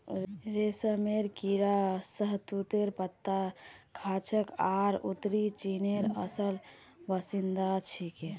रेशमेर कीड़ा शहतूतेर पत्ता खाछेक आर उत्तरी चीनेर असल बाशिंदा छिके